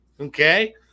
okay